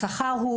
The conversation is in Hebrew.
בקשר לשכר,